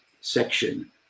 section